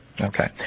okay